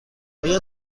آیا